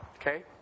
Okay